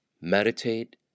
meditate